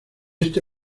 este